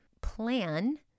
plan